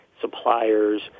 suppliers